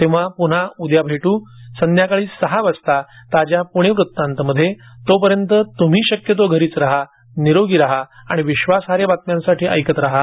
तेव्हा पुन्हा भेटू उद्या संध्याकाळी सहा वाजता ताज्या पुणे वृत्तांतमध्ये तोपर्यंत तुम्ही शक्यतो घरी रहा निरोगी रहा आणि विश्वासार्ह बातम्यांसाठी ऐकत रहा